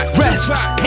rest